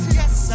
yes